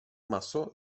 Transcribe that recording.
maso